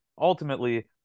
ultimately